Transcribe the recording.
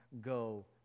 go